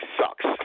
sucks